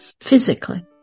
physically